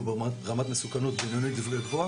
וברמת מסוכנות בינונית עד גבוה,